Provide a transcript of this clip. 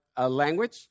language